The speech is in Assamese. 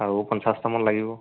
আৰু পঞ্চাছটামান লাগিব